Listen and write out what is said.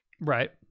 right